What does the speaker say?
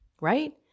right